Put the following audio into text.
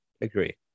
agree